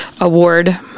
award